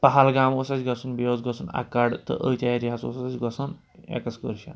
پہلگام اوس اَسہِ گژھُن بیٚیہِ اوس گژھُن اَکَڑ تہٕ أتھۍ ایریاہَس اوس اَسہِ گژھُن اٮ۪کٕسکرشَن